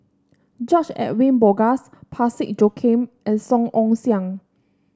George Edwin Bogaars Parsick Joaquim and Song Ong Siang